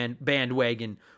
bandwagon